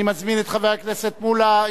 אני מזמין את חבר הכנסת מולה,